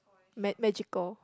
ma~ magical